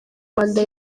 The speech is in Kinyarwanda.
rwanda